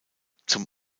zum